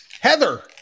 Heather